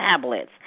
tablets